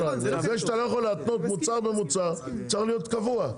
זה שאתה לא יכול להתנות מוצר במוצר צריך להיות קבוע.